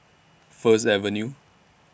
First Avenue